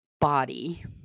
body